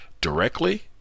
directly